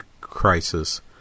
crisis